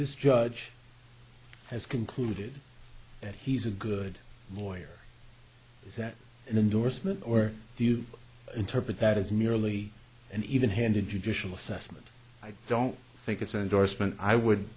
this judge has concluded that he's a good boy is that an endorsement or do you interpret that as merely an even handed judicial assessment i don't think it's an endorsement i would